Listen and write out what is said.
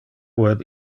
web